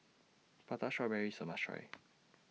Prata Strawberry IS A must Try